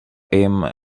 him